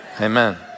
Amen